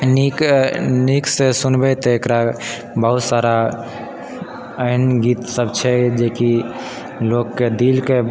नीक नीकसँ सुनबै तऽ एकरा बहुत सारा एहन गीत सब छै जेकी लोकके दिल के